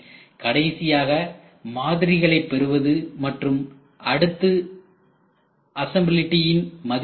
கடைசியாக மாதிரிகளைப் பெறுவது மற்றும் அடுத்து அசெம்பிளிட்டின் மதிப்பீடு